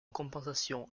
compensation